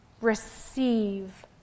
Receive